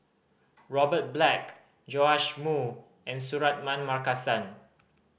Robert Black Joash Moo and Suratman Markasan